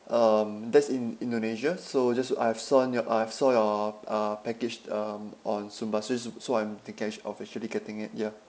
um that's in indonesia so just I have saw yo~ I have saw your uh package um on sumba so so so I'm thinking I should officially getting it ya